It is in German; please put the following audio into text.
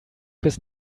bis